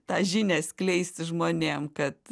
tą žinią skleisti žmonėm kad